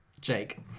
Jake